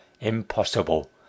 Impossible